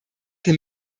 den